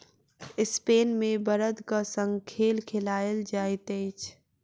Spain मे बड़दक संग खेल खेलायल जाइत अछि